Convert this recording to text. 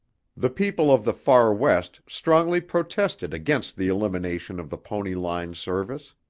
the people of the far west strongly protested against the elimination of the pony line service.